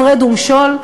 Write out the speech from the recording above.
הפרד ומשול,